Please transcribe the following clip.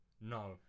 No